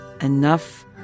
enough